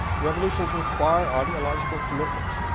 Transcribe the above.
revolutions require ideological commitment,